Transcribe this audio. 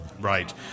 Right